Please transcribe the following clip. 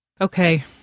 Okay